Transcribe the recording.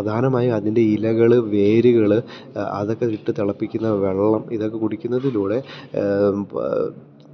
പ്രധാനമായും അതിൻ്റെ ഇലകള് വേരുകള് അതൊക്കെയിട്ട് തിളപ്പിക്കുന്ന വെള്ളം ഇതൊക്കെ കുടിക്കുന്നതിലൂടെ